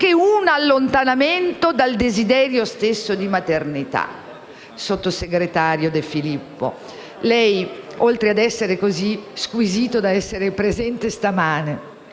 anche un allontanamento dal desiderio stesso di maternità?». Sottosegretario De Filippo, lei, oltre ad essere così squisito da essere presente stamane,